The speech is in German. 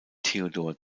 theodor